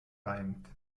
reimt